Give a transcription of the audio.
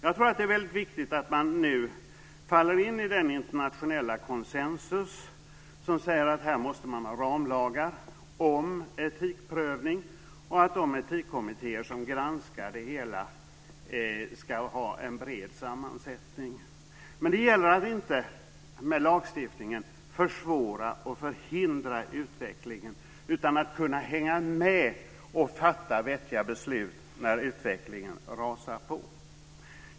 Jag tror att det är väldigt viktigt att man nu faller in i den internationella konsensus som säger att man här måste ha ramlagar om etikprövning och att de etikkommittéer som granskar verksamheten ska ha en bred sammansättning. Men det gäller att inte med lagstiftningen försvåra och förhindra utvecklingen, utan att kunna hänga med och fatta vettiga beslut när utvecklingen rasar vidare.